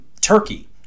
Turkey